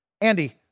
Andy